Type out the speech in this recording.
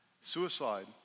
Suicide